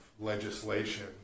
legislation